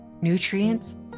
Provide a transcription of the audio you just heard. nutrients